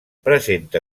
presenta